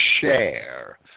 share